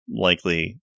likely